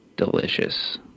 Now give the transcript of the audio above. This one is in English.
Delicious